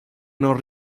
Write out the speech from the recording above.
non